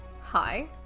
hi